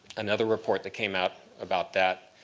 another report that came out about that,